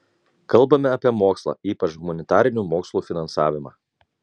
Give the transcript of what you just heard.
kalbame apie mokslą ypač humanitarinių mokslų finansavimą